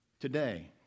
Today